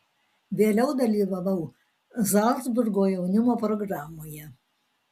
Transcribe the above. vėliau dalyvavau zalcburgo jaunimo programoje